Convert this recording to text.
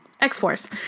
x-force